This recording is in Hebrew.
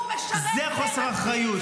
זה חוסר אחריות.